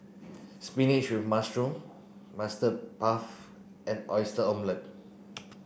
spinach with mushroom puff and oyster omelette